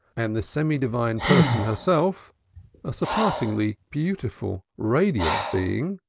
and the semi-divine person herself a surpassingly beautiful radiant being,